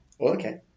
okay